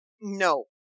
No